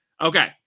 Okay